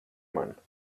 man